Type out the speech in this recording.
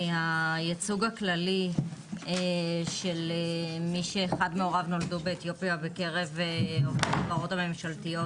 הייצוג הכללי של מי שאחד מהוריו נולדו באתיופיה בקרב החברות הממשלתיות,